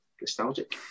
nostalgic